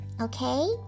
okay